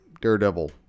Daredevil